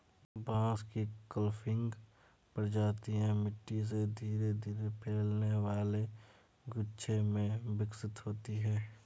बांस की क्लंपिंग प्रजातियां मिट्टी से धीरे धीरे फैलने वाले गुच्छे में विकसित होती हैं